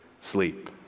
sleep